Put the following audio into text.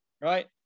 right